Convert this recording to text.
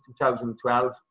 2012